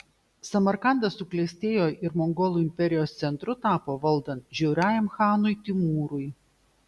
samarkandas suklestėjo ir mongolų imperijos centru tapo valdant žiauriajam chanui timūrui